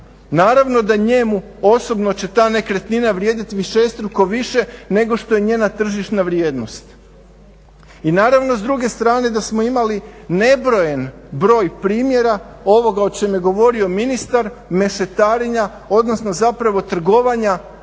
Naravno da njemu osobno će ta nekretnina vrijediti višestruko više nego što je njena tržišna vrijednost. I naravno, s druge strane da smo imali nebrojen broj primjera ovoga o čemu je govorio ministar, mešetarenja odnosno zapravo trgovanja